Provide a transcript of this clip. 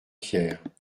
pierre